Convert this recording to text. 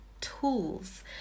tools